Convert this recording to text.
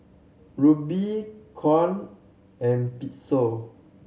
Rupee Kyat and Peso